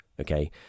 okay